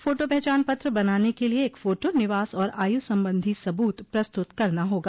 photo पहचान पत्र बनाने के लिये एक फोटो निवास और आयु संबंधी सबूत प्रस्तुत करना होगा